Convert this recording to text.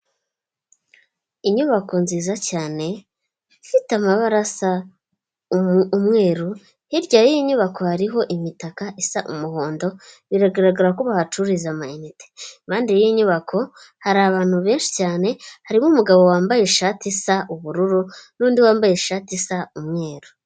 Inyubako nziza cyane ifite amabara asa umweru, hirya y'iyi nyubako hariho imitaka isa umuhondo biragaragara ko bahacururiza amayinite, impande y'iyi nyubako hari abantu benshi cyane harimo umugabo wambaye ishati isa ubururu n'undi wambaye ishati isa umweru.